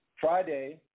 Friday